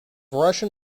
russian